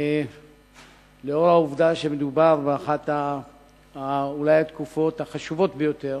לאור העובדה שמדובר אולי באחת התקופות החשובות ביותר,